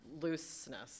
looseness